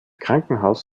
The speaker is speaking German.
krankenhaus